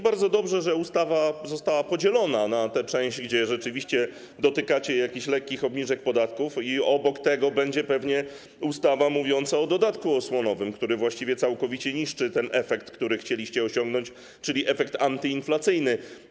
Bardzo dobrze, że ustawa została podzielona na tę część, w której rzeczywiście dotykacie jakichś lekkich obniżek podatków, i obok tego będzie pewnie ustawa mówiąca o dodatku osłonowym, który właściwie całkowicie niszczy ten efekt, który chcieliście osiągnąć, czyli efekt antyinflacyjny.